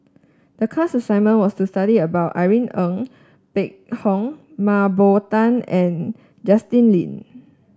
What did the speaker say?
the class assignment was to study about Irene Ng Phek Hoong Mah Bow Tan and Justin Lean